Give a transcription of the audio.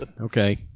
Okay